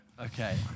Okay